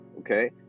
okay